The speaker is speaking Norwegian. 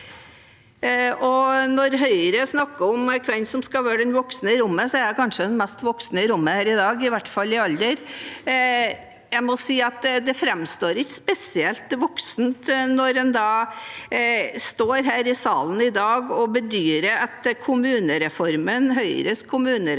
Når Høyre snakker om hvem som skal være den voksne i rommet, er kanskje jeg den mest voksne i rommet her i dag, i hvert fall i alder, og jeg må si at det framstår ikke spesielt voksent når en står her i salen i dag og bedyrer at kommunereformen,